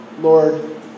Lord